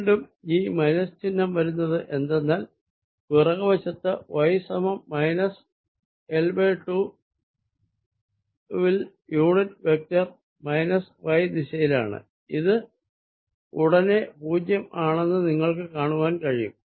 വീണ്ടും ഈ മൈനസ് ചിഹ്നം വരുന്നത് എന്തെന്നാൽ പിറകു വശത്ത് y സമം മൈനസ് L2 വിൽ യൂണിറ്റ് വെക്ടർ മൈനസ് y ദിശയിലാണ് ഉടനെ ഇത് പൂജ്യം ആണെന്ന് നിങ്ങൾക്ക് കാണുവാൻ കഴിയും